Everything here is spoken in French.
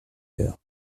heures